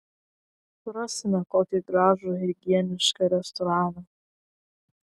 rasime kokį gražų higienišką restoraną